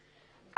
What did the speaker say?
נכון.